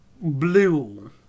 Blue